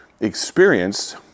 experienced